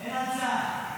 אין מצב.